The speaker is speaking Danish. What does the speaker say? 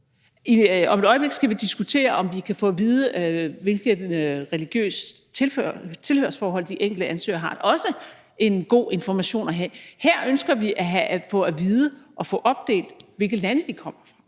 Om et øjeblik skal vi diskutere, om vi kan få at vide, hvilket religiøst tilhørsforhold de enkelte ansøgere har, hvilket også er en god information at have. Her ønsker vi at få at vide og få dem opdelt efter, hvilke lande de kommer fra.